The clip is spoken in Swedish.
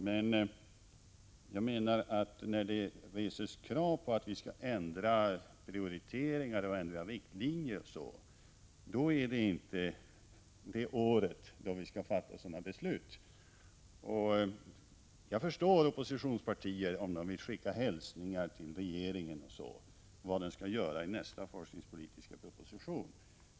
Men när det reses krav på att vi skall ändra prioriteringar och riktlinjer måste jag säga att det inte är lämpligt att i år fatta sådana beslut. Jag förstår om oppositionspartier vill skicka hälsningar till regeringen om vad den skall föreslå i nästa forskningspolitiska proposition.